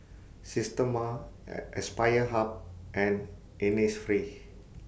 Systema Aspire Hub and Innisfree